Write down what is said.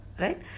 right